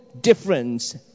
difference